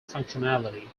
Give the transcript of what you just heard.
functionality